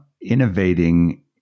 innovating